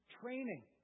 training